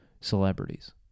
celebrities